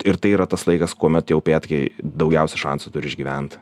ir tai yra tas laikas kuomet tie upėtakiai daugiausia šansų turi išgyvent